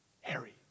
Harry